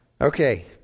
Okay